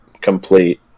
complete